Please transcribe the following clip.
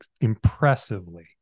impressively